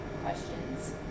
questions